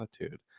attitude